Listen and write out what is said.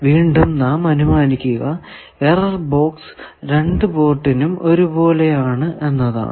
വീണ്ടും നാം അനുമാനിക്കുക എറർ ബോക്സ് രണ്ടു പോർട്ടിനും ഒരുപോലെ ആണ് എന്നതാണ്